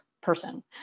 person